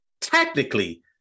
technically